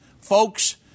folks